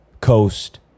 Coast